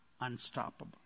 unstoppable